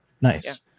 Nice